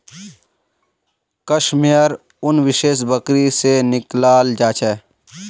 कश मेयर उन विशेष बकरी से निकलाल जा छे